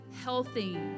healthy